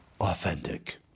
authentic